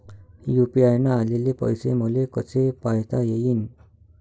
UPI न आलेले पैसे मले कसे पायता येईन?